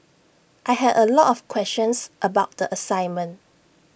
I had A lot of questions about the assignment